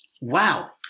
Wow